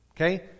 okay